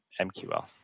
MQL